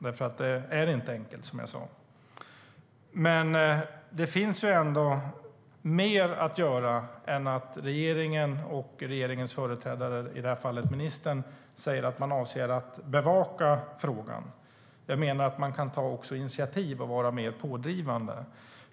Som jag sa är det inte enkelt. Det finns mer att göra än att regeringen och regeringens företrädare, i det här fallet ministern, säger att man avser att bevaka frågan. Jag menar att man även kan ta initiativ och vara mer pådrivande.